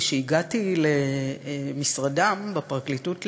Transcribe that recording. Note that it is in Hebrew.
כשהגעתי למשרדם בפרקליטות בתל-אביב,